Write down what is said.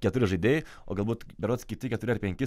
keturi žaidėjai o galbūt berods kiti keturi ar penki